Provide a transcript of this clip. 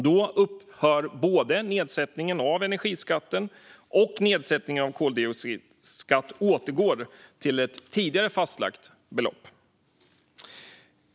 Då upphör nedsättningen av energiskatten, och nedsättningen av koldioxidskatten återgår till ett tidigare fastslaget belopp.